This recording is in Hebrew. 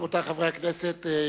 רבותי חברי הכנסת,